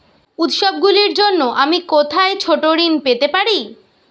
উত্সবগুলির জন্য আমি কোথায় ছোট ঋণ পেতে পারি?